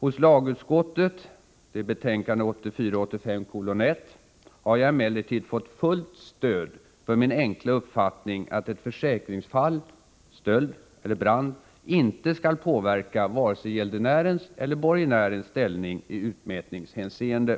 I lagutskottets betänkande 1 har jag emellertid fått fullt stöd för min enkla uppfattning att ett försäkringsfall — det kan gälla stöld eller brand — inte skall påverka vare sig gäldenärens eller borgenärens ställning i utmätningshänseende.